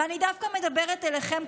ואני דווקא מדברת אליכם,